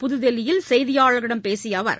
புதுதில்லியில் செய்தியாளர்களிடம் பேசிய அவர்